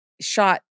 shot